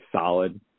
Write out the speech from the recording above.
solid